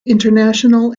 international